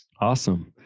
awesome